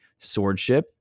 Swordship